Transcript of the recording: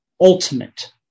ultimate